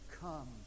come